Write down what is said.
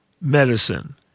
medicine